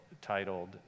titled